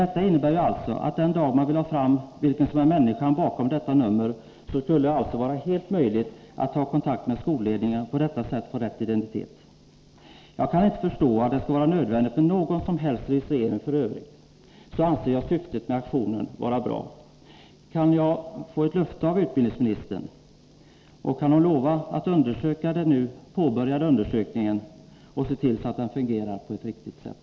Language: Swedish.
Detta innebär att det skulle vara helt möjligt, den dag när man vill ha reda på vem som är människan bakom numret, att ta kontakt med skolledningen och få veta vilken eleven var. Jag kan inte förstå att det skulle vara nödvändigt med någon som helst registrering. I övrigt anser jag syftet med aktionen vara bra. Kan jag få ett löfte av utbildningsministern att hon studerar den nu påbörjade undersökningen och ser till att den fungerar på ett riktigt sätt?